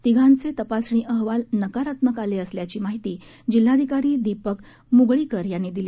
तिघांचे तपासणी अहवाल नकारात्मक आले असल्याची माहिती जिल्हाधिकारी दीपक मुगळीकर यांनी दिली